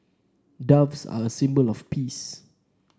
doves are a symbol of peace